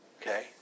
Okay